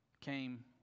came